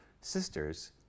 sisters